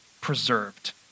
preserved